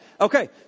Okay